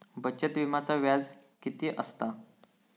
बचत विम्याचा व्याज किती असता?